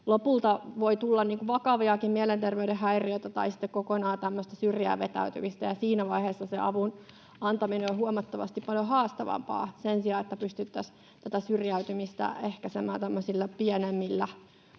lopulta tulla vakaviakin mielenterveyden häiriötä tai sitten kokonaan tämmöistä syrjään vetäytymistä. Ja siinä vaiheessa sen avun antaminen on huomattavan paljon haastavampaa, sen sijaan, että pystyttäisiin tätä syrjäytymistä ehkäisemään tämmöisillä